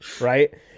right